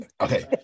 Okay